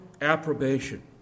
approbation